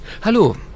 Hallo